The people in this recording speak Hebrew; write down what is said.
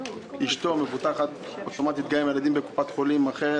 ואשתו מבוטחת אוטומטית עם הילדים בקופת חולים אחרת,